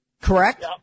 correct